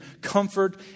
comfort